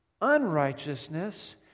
unrighteousness